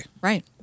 Right